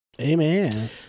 amen